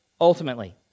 Ultimately